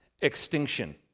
extinction